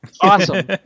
awesome